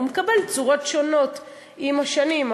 הוא מקבל צורות שונות עם השנים,